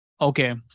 Okay